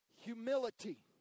humility